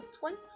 twins